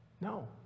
No